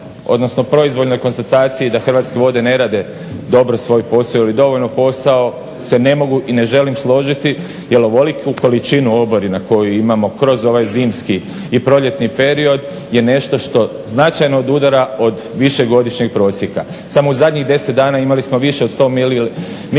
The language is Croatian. odnosno proizvoljnoj konstataciji da Hrvatske vode ne rade dobro svoj posao ili dovoljno posao ili dovoljno posao se ne mogu i ne želim složiti. Jer ovoliku količinu oborina koju imamo kroz ovaj zimski i proljetni period je nešto što značajno odudara od višegodišnjeg prosjeka. Samo u zadnjih 10 dana imali smo više od 100 milimetara